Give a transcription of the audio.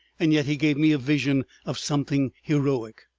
and yet he gave me a vision of something heroic.